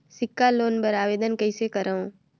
सिक्छा लोन बर आवेदन कइसे करव?